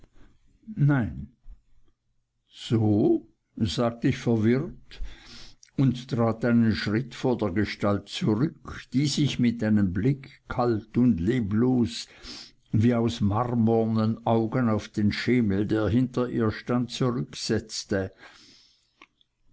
nein so sagt ich verwirrt und trat einen schritt vor der gestalt zurück die sich mit einem blick kalt und leblos wie aus marmornen augen auf den schemel der hinter ihr stand zurücksetzte